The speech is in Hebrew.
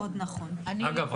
אגב,